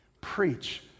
Preach